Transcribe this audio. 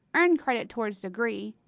earn credit towards degree,